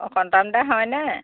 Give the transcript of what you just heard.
অঁ সন্তান দা হয়নে